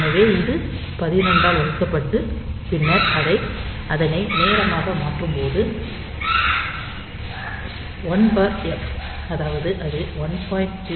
எனவே இது 12 ஆல் வகுக்கப்பட்டு பின்னர் அதனை நேரமாக மாற்றும் போது 1 எஃப் அதாவது அது 1